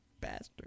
bastard